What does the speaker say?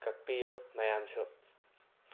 ꯀꯛꯄꯤꯌꯨ ꯃꯌꯥꯝꯁꯨ